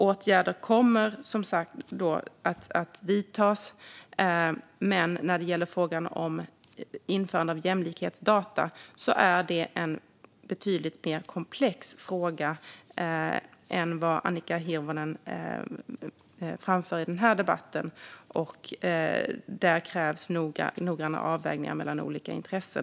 Åtgärder kommer som sagt att vidtas, men frågan om införande av jämlikhetsdata är en betydligt mer komplex fråga än vad Annika Hirvonen framför i den här debatten. Där krävs noggranna avvägningar mellan olika intressen.